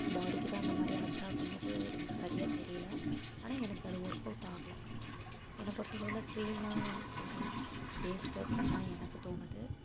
பாடிக்குதான் அந்தமாதிரி ஆச்சா அப்படிங்கிறது எனக்கு சரியாக தெரியல ஆனால் எனக்கு அது ஒர்க்கவுட் ஆகலை என்ன பொறுத்தளவில் க்ரீமெலாம் கொஞ்சம் வேஸ்ட்டு அப்படின்னுதான் எனக்கு தோணுது